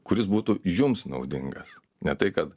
kuris būtų jums naudingas ne tai kad